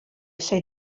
lle